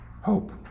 hope